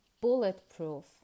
bulletproof